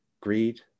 greed